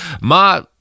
Ma